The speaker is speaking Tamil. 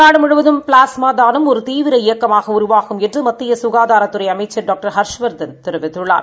நாடுமுழுவதும்பிளாஸ்மாதானம் ஒருதீவிரஇயக்கமாகஉருவாகும்என்றுமத்தியசுகாதாரத் துறைஅமைச்சர்டாக்டர்ஹர்ஷ்வர்தன்தெரிவித்துள்ளார்